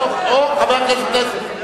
או, חבר הכנסת פלסנר.